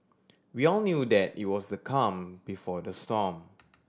we all knew that it was the calm before the storm